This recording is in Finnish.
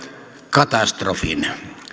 katastrofin